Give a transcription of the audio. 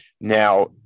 Now